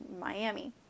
Miami